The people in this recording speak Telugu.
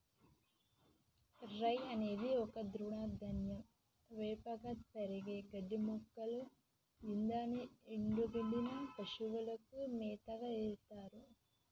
రై అనేది ఒక తృణధాన్యం ఏపుగా పెరిగే గడ్డిమొక్కలు గిదాని ఎన్డుగడ్డిని పశువులకు మేతగ ఎత్తర్